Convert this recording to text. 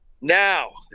Now